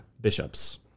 bishops